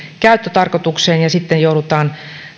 käyttötarkoitukseen ja sitten joudutaan